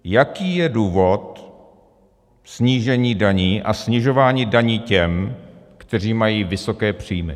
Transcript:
Jaký je důvod snížení daní a snižování daní těm, kteří mají vysoké příjmy.